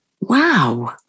Wow